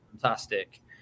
fantastic